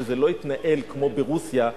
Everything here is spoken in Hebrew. שזה לא יתנהל כמו ברוסיה,